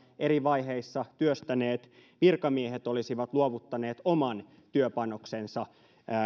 eri vaiheissa työstäneet virkamiehet olisivat luovuttaneet oman työpanoksensa